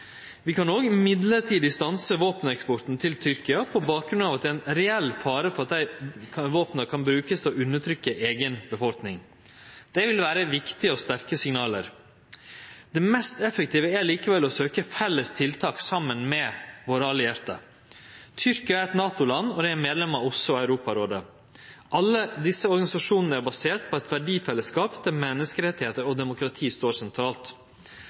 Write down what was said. Vi kan òg mellombels stanse våpeneksporten til Tyrkia på bakgrunn av at det er ein reell fare for at våpena kan verte brukte til å undertrykkje eiga befolkning. Det vil vere viktige og sterke signal. Det mest effektive er likevel å søkje felles tiltak saman med våre allierte. Tyrkia er eit NATO-land og er medlem av OSSE og Europarådet. Alle desse organisasjonane er baserte på ein verdifellesskap der menneskerettar og demokrati står sentralt.